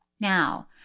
Now